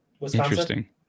Interesting